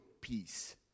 peace